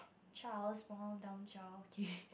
child small dumb child okay